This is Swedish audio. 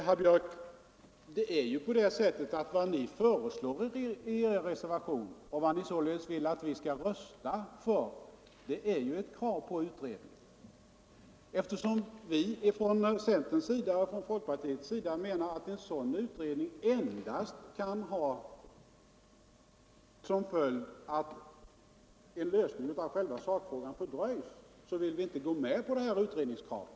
Herr talman! Det är ju på det sättet, herr Björck i Nässjö, att vad ni föreslår i er reservation och således vill att vi skall rösta för är ett krav på utredning. Eftersom vi inom centern och folkpartiet menar att en sådan endast kan ha som följd att en lösning av sakfrågan fördröjs, vill vi inte gå med på detta utredningskrav.